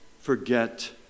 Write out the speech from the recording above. forget